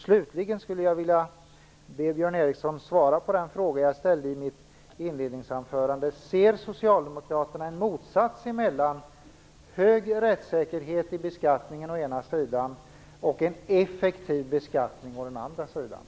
Slutligen skulle jag vilja be Björn Ericson svara på den fråga som jag ställde i mitt inledningsanförande: Ser socialdemokraterna en motsättning mellan å ena sidan högre rättssäkerhet i beskattningen och å andra sidan en effektiv beskattning?